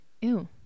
Ew